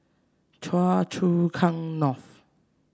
Choa Chu Kang North